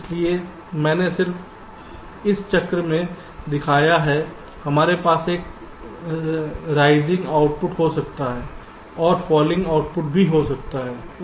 इसलिए मैंने सिर्फ एक चक्र में दिखाया है हमारे पास एक राइजिंग आउटपुट हो सकता है और फॉलिंग आउटपुट भी हो सकता है